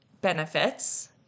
benefits